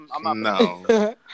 No